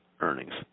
earnings